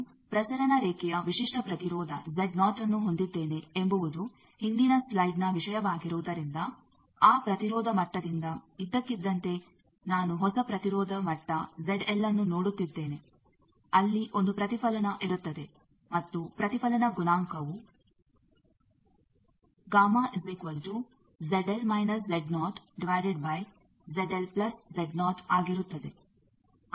ನಾನು ಪ್ರಸರಣ ರೇಖೆಯ ವಿಶಿಷ್ಟ ಪ್ರತಿರೋಧ ಅನ್ನು ಹೊಂದಿದ್ದೇನೆ ಎಂಬುವುದು ಹಿಂದಿನ ಸ್ಲೈಡ್ ನ ವಿಷಯವಾಗಿರುವುದರಿಂದ ಆ ಪ್ರತಿರೋಧ ಮಟ್ಟದಿಂದ ಇದ್ದಕ್ಕಿದಂತೆ ನಾನು ಹೊಸ ಪ್ರತಿರೋಧ ಮಟ್ಟ ಅನ್ನು ನೋಡುತ್ತಿದ್ದೇನೆ ಅಲ್ಲಿ ಒಂದು ಪ್ರತಿಫಲನ ಇರುತ್ತದೆ ಮತ್ತು ಪ್ರತಿಫಲನ ಗುಣಾಂಕವು ಆಗಿರುತ್ತದೆ